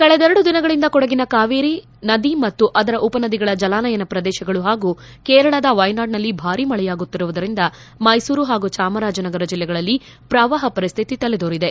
ಕಳೆದೆರಡು ದಿನಗಳಿಂದ ಕೊಡಗಿನ ಕಾವೇರಿ ನದಿ ಮತ್ತು ಅದರ ಉಪನದಿಗಳ ಜಲಾನಯನ ಪ್ರದೇಶಗಳು ಹಾಗೂ ಕೇರಳದ ವೈನಾಡ್ನಲ್ಲಿ ಭಾರೀ ಮಳೆಯಾಗುತ್ತಿರುವುದರಿಂದ ಮೈಸೂರು ಹಾಗೂ ಚಾಮರಾಜನಗರ ಜಿಲ್ಲೆಗಳಲ್ಲಿ ಪ್ರವಾಹ ಪರಿಸ್ವಿತಿ ತಲೆದೋರಿದೆ